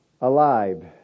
alive